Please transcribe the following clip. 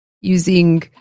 using